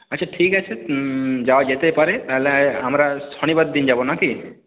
আচ্ছা ঠিক আছে যাওয়া যেতে পারে তাহলে আমরা শনিবার দিন যাব না কি